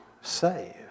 save